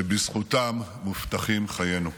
שבזכותם מובטחים חיינו.